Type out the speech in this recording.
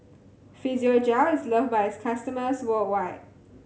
Physiogel is loved by its customers worldwide